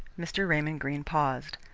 mr. raymond greene paused.